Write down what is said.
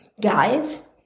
Guys